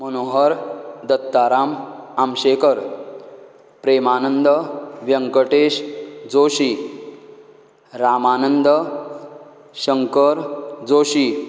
Manohar Dattaram Amshekar Premanand Vyankatesh Joshi Ramanand Shankar Joshi